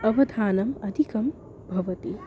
अवधानम् अधिकं भवति